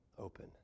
open